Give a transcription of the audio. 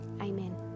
amen